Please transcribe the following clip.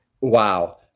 wow